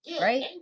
right